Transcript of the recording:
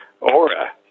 aura